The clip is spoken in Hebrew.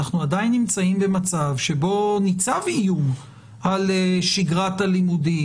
אנחנו עדיין נמצאים במצב שבו ניצב איום על שגרת הלימודים,